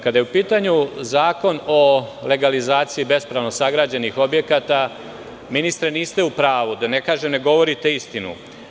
Kada je u pitanju Zakon o legalizaciji bespravno sagrađenih objekata, ministre niste u pravu, da ne kažem - ne govorite istinu.